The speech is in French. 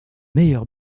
meilleur